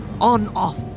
on-off